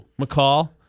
McCall